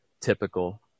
typical